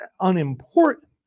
unimportant